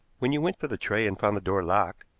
when you went for the tray and found the door locked,